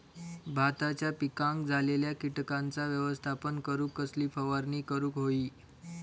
भाताच्या पिकांक झालेल्या किटकांचा व्यवस्थापन करूक कसली फवारणी करूक होई?